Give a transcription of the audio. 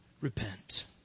Repent